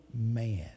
man